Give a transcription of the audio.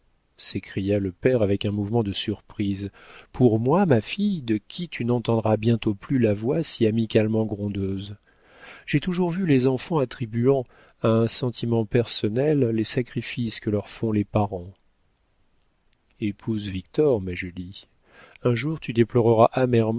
s'écria le père avec un mouvement de surprise pour moi ma fille de qui tu n'entendras bientôt plus la voix si amicalement grondeuse j'ai toujours vu les enfants attribuant à un sentiment personnel les sacrifices que leur font les parents épouse victor ma julie un jour tu déploreras